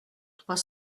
trois